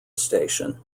station